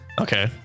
okay